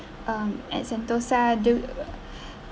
um at sentosa do